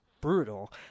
brutal